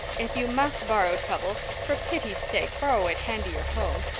if you must borrow trouble, for pity's sake borrow it handier home.